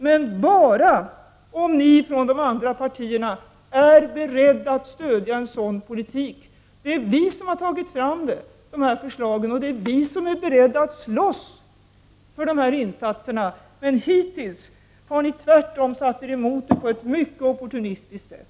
Men det är bara möjligt om ni från de andra partierna är beredda att stödja en sådan politik. Det är vi som har tagit fram de här förslagen, och det är vi som är beredda att slåss för de här insatserna. Hittills har ni satt er emot dem på ett mycket oportunistiskt sätt.